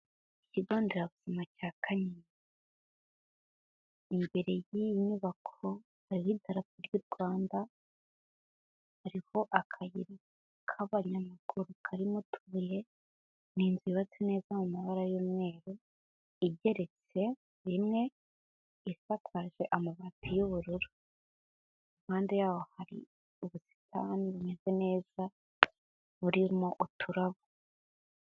Ikigo nderabuzima cya Kanyinya. Imbere y'iyi nyubako hariho idarapo ry'u Rwanda, hariho akayira k'abanyamaguru karimo utubuye, ni inzu yubatse neza mu mabara y'umweru, igeretse rimwe, isakaje amabati y'ubururu. Impande yaho hari ubusitani bumeze neza, burimo uturabo.